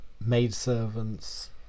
maidservants